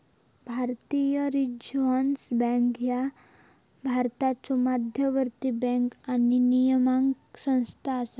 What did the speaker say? भारतीय reserve bank ह्या भारताचो मध्यवर्ती बँक आणि नियामक संस्था असा